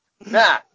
Nah